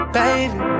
baby